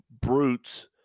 brutes